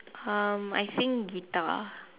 um I think guitar